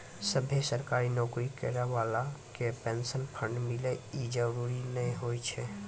सभ्भे सरकारी नौकरी करै बाला के पेंशन फंड मिले इ जरुरी नै होय छै